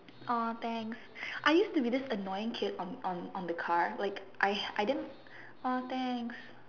!aww! thanks I used to be this annoying kid on on on the car like I I didn't !aww! thanks